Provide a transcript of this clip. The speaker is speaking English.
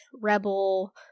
rebel